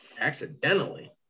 accidentally